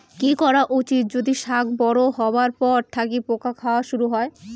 কি করা উচিৎ যদি শাক বড়ো হবার পর থাকি পোকা খাওয়া শুরু হয়?